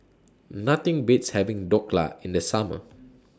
Nothing Beats having Dhokla in The Summer